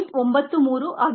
93 ಆಗಿದೆ